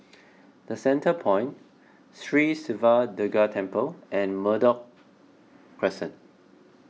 the Centrepoint Sri Siva Durga Temple and Merbok Crescent